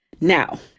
Now